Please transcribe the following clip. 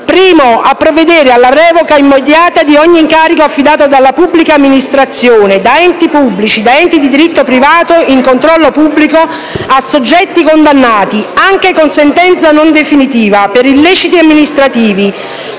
primo è a provvedere alla revoca immediata di ogni incarico affidato dalla pubblica amministrazione, da enti pubblici, da enti di diritto privato in controllo pubblico, a soggetti condannati - anche con sentenza non definitiva - per illeciti amministrativi,